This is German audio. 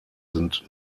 sind